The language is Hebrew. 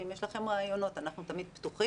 אם יש לכם רעיונות, אנחנו תמיד פתוחים.